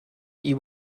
you